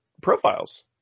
profiles